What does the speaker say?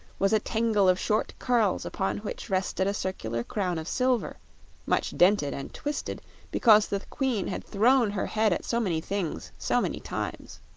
was a tangle of short curls upon which rested a circular crown of silver much dented and twisted because the queen had thrown her head at so many things so many times.